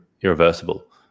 irreversible